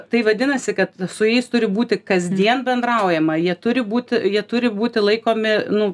tai vadinasi kad su jais turi būti kasdien bendraujama jie turi būti jie turi būti laikomi nu